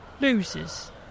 loses